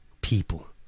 people